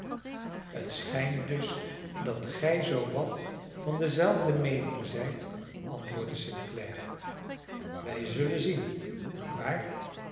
het schijnt dus dat gij zoo wat van dezelfde meening zijt antwoordde st clare wij zullen zien niet waar